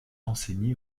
enseigné